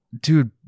dude